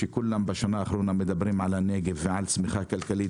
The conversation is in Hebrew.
כולם בשנה האחרונה מדברים על הנגב ועל צמיחה כלכלית